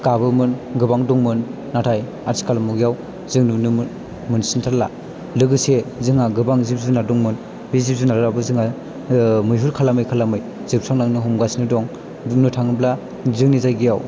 गाबोमोन गोबां दंमोन नाथाय आथिखाल मुगायाव जों नुनो मोनसिन्थारला लोगोसे जोंहा गोबां जिब जुनार दंमोन बे जिब जुनाराबो जोंहा मैहुर खालामै खालामै जोबस्रांलांनो हमगासिनो दं बुंनो थाङोब्ला जोंनि जायगायाव